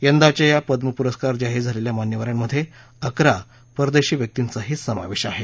यंदाच्या या पद्य पुरस्कार जाहीर झालेल्या मान्यवरांमध्ये अकरा परदेशी व्यक्तींचाही समावेश आहे